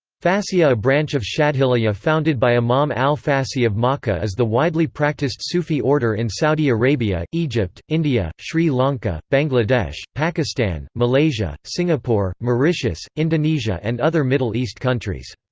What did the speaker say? fassiya a branch of shadhiliyya founded by imam al fassi of makkah is the widely practiced sufi order in saudi arabia, egypt, india, sri lanka, bangladesh, pakistan, malaysia, singapore, mauritius, indonesia and other middle east countries.